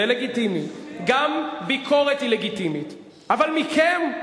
גם ביקורת היא לגיטימית, אבל מכם?